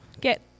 get